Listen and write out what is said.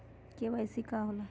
KYC का होला?